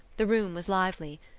the room was lively.